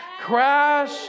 crash